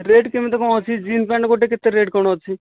rate କେମିତି କ'ଣ ଅଛି ଜିନ୍ସ ପ୍ୟାଣ୍ଟ ଗୋଟିଏ କେତେ କ'ଣ ରେଟ୍ ଅଛି